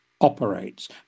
operates